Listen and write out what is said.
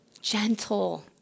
gentle